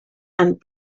and